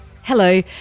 Hello